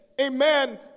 amen